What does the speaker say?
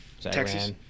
Texas